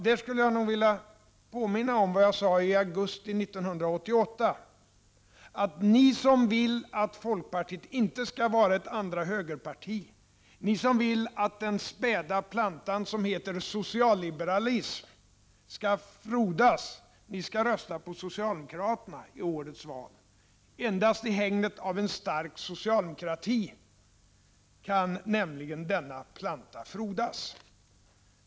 Jag skulle då vilja påminna om vad jag sade i augusti 1988, nämligen att ni som vill att folkpartiet inte skall vara ett andra högerparti och som vill att den späda planta som heter socialliberalism skall frodas skulle rösta på socialdemokraterna i det årets val. Endast i hägnet av en stark socialdemokrati kan nämligen denna planta frodas.